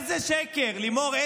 איזה שקר, לימור?